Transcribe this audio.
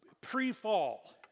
pre-fall